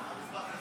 מה מספר החשבון?